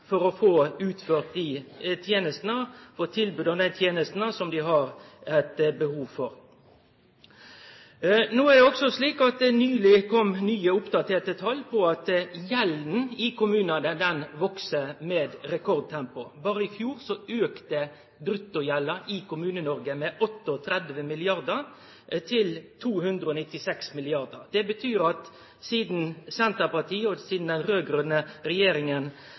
for å få utført tenestene, og få tilbod om dei tenestene som dei har eit behov for. No er det også slik at det nyleg kom nye oppdaterte tal på at gjelda i kommunane veks i rekordtempo. Berre i fjor auka bruttogjelda i Kommune-Noreg med 38 mrd. kr, til 296 mrd. kr. Det betyr at sidan den raud-grøne regjeringa overtok, og sidan